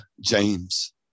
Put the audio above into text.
James